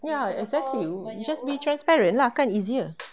ya exactly just be transparent lah kan easier